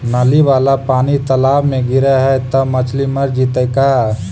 नली वाला पानी तालाव मे गिरे है त मछली मर जितै का?